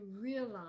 realize